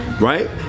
right